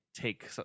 take